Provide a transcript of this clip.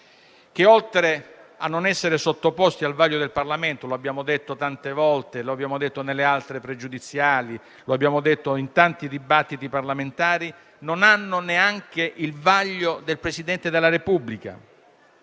che, oltre a non essere sottoposti al vaglio del Parlamento - come abbiamo detto tante volte, specificandolo anche nelle altre pregiudiziali e in tanti dibattiti parlamentari - non hanno neanche il vaglio del Presidente della Repubblica